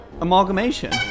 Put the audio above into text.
Amalgamation